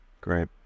Great